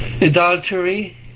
adultery